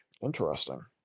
Interesting